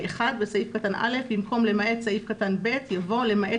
בסעיף קטן (א) במקום "למעט סעיף קטן (ב)" יבוא "למעט